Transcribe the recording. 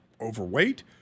overweight